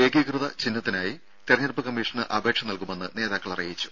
ഏകീകൃത ചിഹ്നത്തിനായി തെരഞ്ഞെടുപ്പ് കമ്മീഷന് അപേക്ഷ നൽകുമെന്ന് നേതാക്കൾ അറിയിച്ചു